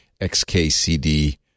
XKCD